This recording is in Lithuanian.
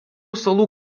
salų